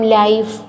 life